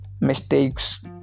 mistakes